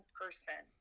person